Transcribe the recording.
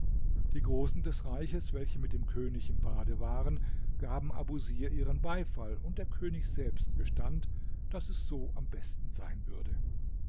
die großen des reiches welche mit dem könig im bad waren gaben abusir ihren beifall und der könig selbst gestand daß es so am besten sein würde